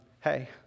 hey